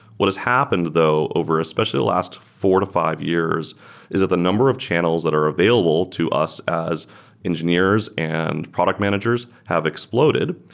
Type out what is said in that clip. what has happened though over especially the last four to five years is that the number of channels that are available to us as engineers and product managers have exploded,